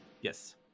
Yes